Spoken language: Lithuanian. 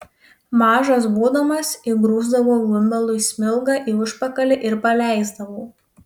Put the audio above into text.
mažas būdamas įgrūsdavau bimbalui smilgą į užpakalį ir paleisdavau